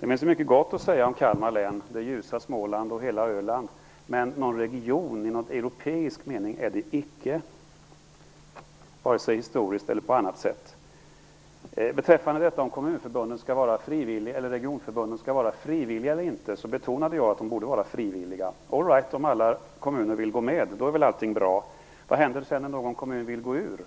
Det finns mycket gott att säga om Kalmar län, det ljusa Småland och hela Öland, men någon region i europeisk mening är det icke, vare sig historiskt eller på annat sätt. Jag betonade att regionförbunden borde vara frivilliga. All right, om alla kommuner vill gå med är allting bra. Men vad händer när någon kommun sedan vill gå ur?